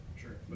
Sure